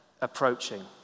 approaching